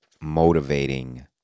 motivating